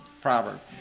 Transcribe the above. proverb